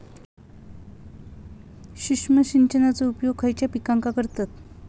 सूक्ष्म सिंचनाचो उपयोग खयच्या पिकांका करतत?